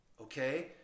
okay